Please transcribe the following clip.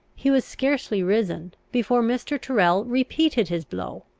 he was scarcely risen before mr. tyrrel repeated his blow.